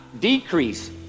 Decrease